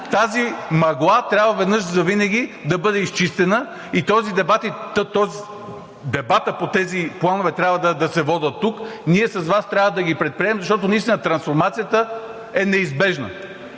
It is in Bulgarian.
Тази мъгла трябва веднъж завинаги да бъде изчистена и дебатът по тези планове трябва да се води тук. Ние с Вас трябва да ги предприемем, защото наистина трансформацията е неизбежна.